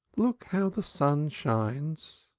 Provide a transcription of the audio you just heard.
look how the sun shines.